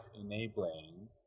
enabling